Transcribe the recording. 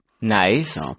Nice